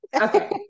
okay